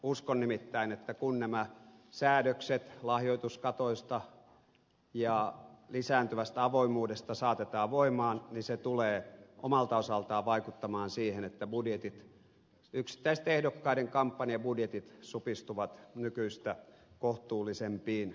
uskon nimittäin että kun nämä säädökset lahjoituskatoista ja lisääntyvästä avoimuudesta saatetaan voimaan niin se tulee omalta osaltaan vaikuttamaan siihen että yksittäisten ehdokkaiden kampanjabudjetit supistuvat nykyistä kohtuullisempiin mittoihin